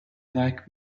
like